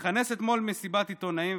מכנס אתמול מסיבת עיתונאים,